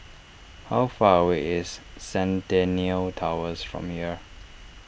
how far away is Centennial Towers from here